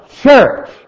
church